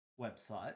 website